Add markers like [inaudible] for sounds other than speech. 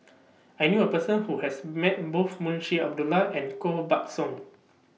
[noise] I knew A Person Who has Met Both Munshi Abdullah and Koh Buck Song